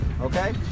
Okay